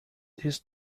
this